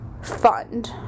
Fund